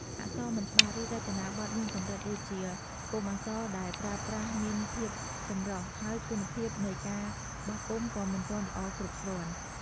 អក្សរមិនច្បាស់ ឬរចនាបថមានកម្រិតដូចជាពុម្ពអក្សរដែលប្រើប្រាស់មានភាព ចម្រុះ ហើយគុណភាពនៃការបោះពុម្ពក៏មិនទាន់ល្អគ្រប់គ្រាន់ ។